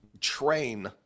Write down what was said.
train